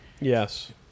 Yes